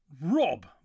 Rob